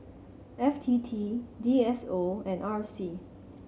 F T T D S O and R C